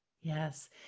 Yes